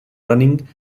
running